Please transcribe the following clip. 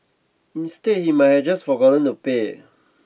instead he might have just forgotten to pay